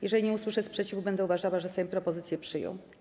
Jeżeli nie usłyszę sprzeciwu, będę uważała, że Sejm propozycje przyjął.